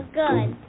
good